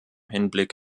hinblick